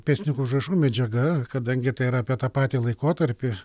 pėstininkų užrašų medžiaga kadangi tai yra apie tą patį laikotarpį